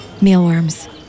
Mealworms